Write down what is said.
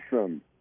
awesome